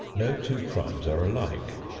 no two crimes are alike.